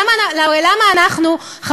למה אנחנו,